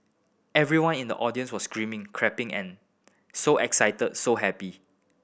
everyone in the audience was screaming clapping and so excited so happy